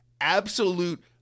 absolute